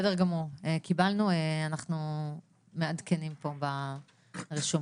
בסדר גמור, קיבלנו, אנחנו מעדכנים פה ברשומות.